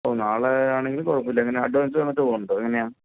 ഓ നാളെ ആണെങ്കിലും കുഴപ്പമില്ല എങ്ങനെ അഡ്വാൻസ് തന്നിട്ട് പോവുന്നുണ്ടോ എങ്ങനെയാ